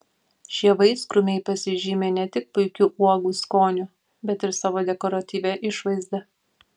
šie vaiskrūmiai pasižymi ne tik puikiu uogų skoniu bet ir savo dekoratyvia išvaizda